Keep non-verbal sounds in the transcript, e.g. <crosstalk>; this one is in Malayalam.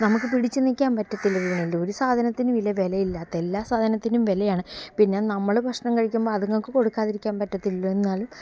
നമുക്ക് പിടിച്ച് നിൽക്കാൻ പറ്റത്തില്ല <unintelligible> ഒരു സാധനത്തിനും ഇല്ല വിലയില്ലാത്തെ എല്ലാ സാധനത്തിനും വിലയാണ് പിന്നെ നമ്മൾ ഭക്ഷണം കഴിക്കുമ്പോൾ അത്ങ്ങൾക്ക് കൊടുക്കാതിരിക്കാൻ പറ്റത്തില്ലല്ലോ എന്നാലും